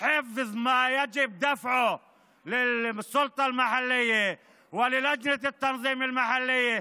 שמירה על מה שצריך לשלם לרשות המקומית ולוועדת התכנון המקומית.